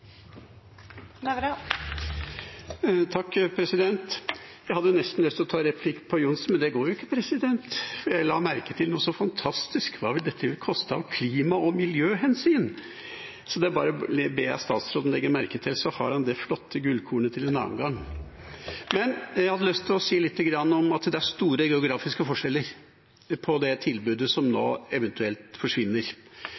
Jeg hadde nesten lyst til å ta replikk på representanten Johnsen, men det går jo ikke. Jeg la merke til noe så fantastisk: Hva vil dette koste med tanke på klima- og miljøhensyn? Det ber jeg bare statsråden legge merke til, så har han det flotte gullkornet til en annen gang. Jeg hadde lyst til å si lite grann om at det er store geografiske forskjeller med tanke på det tilbudet som nå